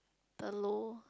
the low